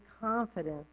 confidence